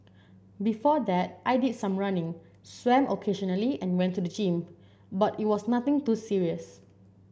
before that I did some running swam occasionally and went to the gym but it was nothing too serious